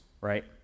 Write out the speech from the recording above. right